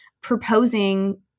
proposing